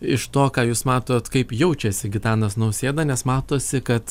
iš to ką jūs matot kaip jaučiasi gitanas nausėda nes matosi kad